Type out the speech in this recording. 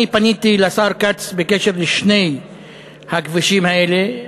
אני פניתי לשר כץ בעניין שני הכבישים האלה,